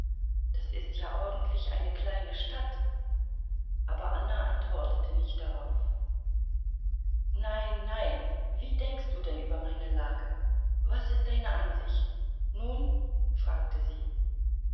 das ist ja ordentlich eine kleine stadt aber anna antwortete nicht darauf nein nein wie denkst du denn über meine lage was ist deine ansicht nun fragte sie